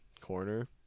corner